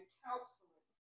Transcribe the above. counseling